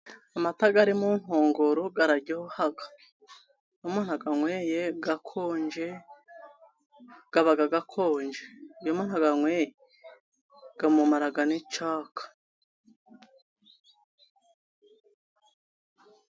Amata ari mu nkongoro araryoha, iyo umuntu ayanyweye akonje, aba akonje iyo umuntu ayanyweye amumara ni icyaka.